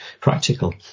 practical